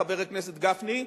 חבר הכנסת גפני,